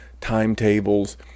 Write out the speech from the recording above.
timetables